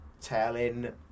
telling